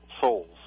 Souls